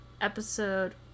episode